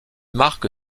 marque